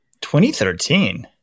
2013